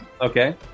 Okay